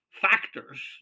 factors